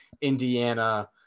indiana